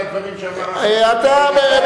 על הדברים שאמר אחמד טיבי.